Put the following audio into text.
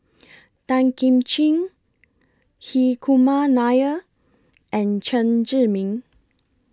Tan Kim Ching Hri Kumar Nair and Chen Zhiming